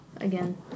again